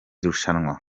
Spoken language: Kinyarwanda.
rushanwa